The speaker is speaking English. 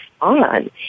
on